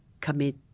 commit